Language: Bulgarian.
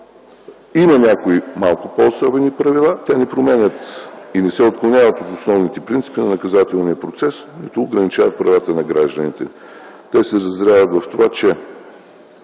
Има някои малко по-особени правила. Те не променят и не се отклоняват от основните принципи на наказателния процес, нито ограничават правата на гражданите. Тук е мястото да кажа, че